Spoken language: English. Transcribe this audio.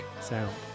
sound